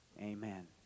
Amen